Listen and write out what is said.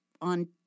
on